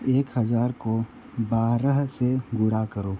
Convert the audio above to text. एक हज़ार को बारह से गुणा करो